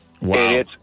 Wow